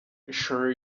assure